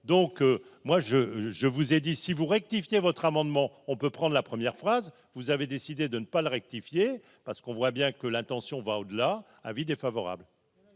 je, je, je vous ai dit si vous rectifiez votre amendement, on peut prendre la première phrase, vous avez décidé de ne pas le rectifier parce qu'on voit bien que l'intention va au-delà : avis défavorable.